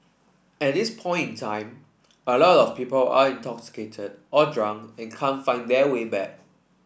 at this point time a lot of people are intoxicated or drunk and can't find their way back